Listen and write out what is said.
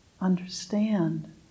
understand